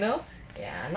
you know ya